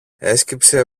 έσκυψε